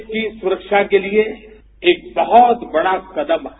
देश की सुरक्षा के लिए एक बहुत बड़ा कदम है